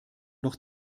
noch